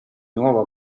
nuovo